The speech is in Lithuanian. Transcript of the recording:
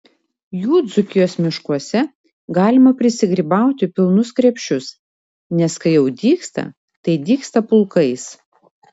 jų dzūkijos miškuose galima prisigrybauti pilnus krepšius nes kai jau dygsta tai dygsta pulkais